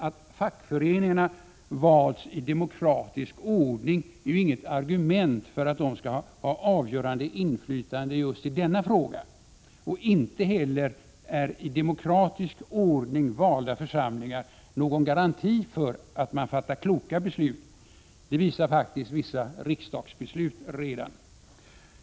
Att fackföreningarna valts i demokratisk ordning är emellertid inget argument för att de skall ha avgörande inflytande just i denna fråga. Inte heller är i demokratisk ordning valda församlingar någon garanti för att man fattar kloka beslut. Det visar faktiskt redan vissa riksdagsbeslut.